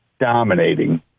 dominating